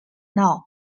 now